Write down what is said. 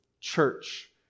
church